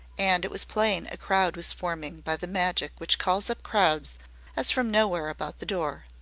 and it was plain a crowd was forming by the magic which calls up crowds as from nowhere about the door.